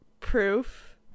Proof